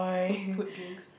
food food drinks